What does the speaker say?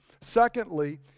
Secondly